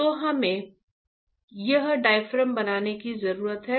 तो हमें यह डायाफ्राम बनाने की जरूरत है